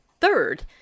third